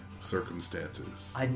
circumstances